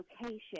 location